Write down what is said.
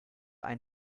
ein